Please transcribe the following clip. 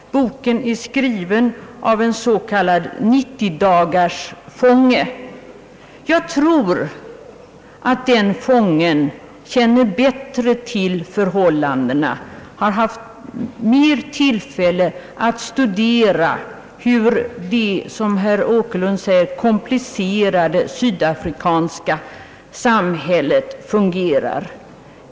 Boken är skriven av en s,. k. 90-dagarsfånge. Jag tror att den fången känner bättre till förhållandena och har haft flera tillfällen att studera hur det, som herr Åkerlund säger, komplicerade sydafrikanska samhället fungerar.